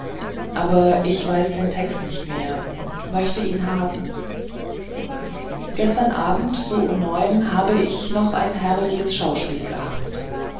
aber ich weiß den text nicht mehr und möchte ihn haben gestern abend so um neun habe ich noch ein herrliches schauspiel gehabt